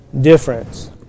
difference